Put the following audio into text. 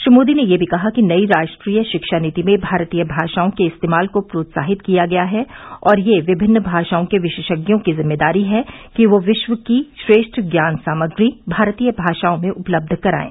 श्री मोदी ने यह भी कहा कि नई राष्ट्रीय शिक्षा नीति में भारतीय भाषाओं के इस्तेमाल को प्रोत्साहित किया गया है और ये विभिन्न भाषाओं के विशेषज्ञों की जिम्मेदारी है कि ये विश्व की श्रेष्ठ ज्ञान सामग्री भारतीय भाषाओं में उपलब्ध कराएं